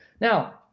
now